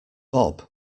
bob